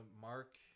mark